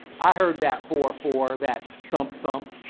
i heard that four four, that thump, thump.